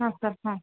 ಹಾಂ ಸರ್ ಹಾಂ